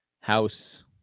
house